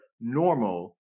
normal